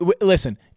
listen